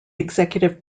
executive